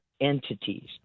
entities